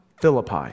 Philippi